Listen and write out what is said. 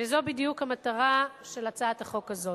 וזאת בדיוק המטרה של הצעת החוק הזאת,